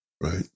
Right